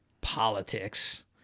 politics